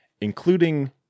including